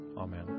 Amen